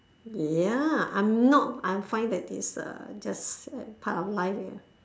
ya I'm not I'm fine that this uh just a part of life